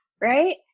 right